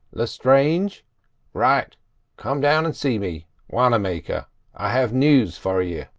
lestrange right come down and see me wannamaker i have news for you.